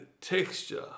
texture